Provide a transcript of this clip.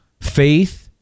faith